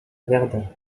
verdon